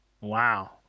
Wow